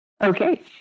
Okay